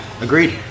agreed